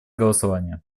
голосования